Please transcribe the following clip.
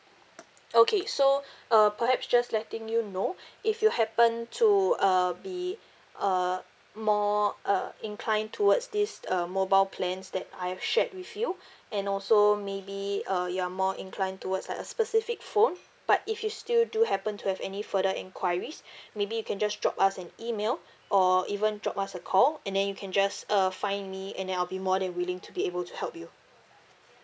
okay so uh perhaps just letting you know if you happen to uh be uh more uh inclined towards this uh mobile plans that I've shared with you and also maybe uh you're more inclined towards like a specific phone but if you still do happen to have any further enquiries maybe you can just drop us an email or even drop us a call and then you can just err find me and then I'll be more than willing to be able to help you